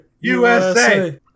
USA